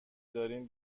دارین